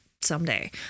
someday